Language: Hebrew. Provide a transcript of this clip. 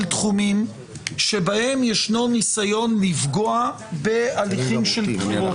תחומים שבהם ישנו ניסיון לפגוע בהליכים של בחירות.